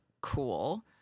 cool